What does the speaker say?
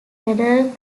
federal